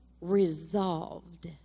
resolved